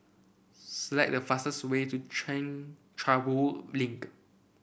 select the fastest way to Chencharu Link